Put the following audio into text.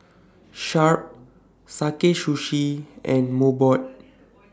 Sharp Sakae Sushi and Mobot